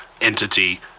entity